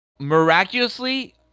Miraculously